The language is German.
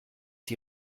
die